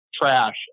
trash